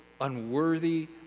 unworthy